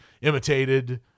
imitated